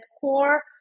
core